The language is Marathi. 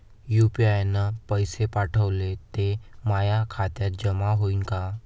यू.पी.आय न पैसे पाठवले, ते माया खात्यात जमा होईन का?